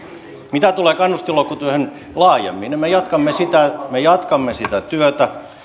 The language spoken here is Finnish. mitä tulee kannustinloukkutyöhön laajemmin niin me jatkamme sitä työtä siinä